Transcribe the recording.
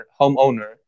homeowner